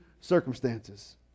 circumstances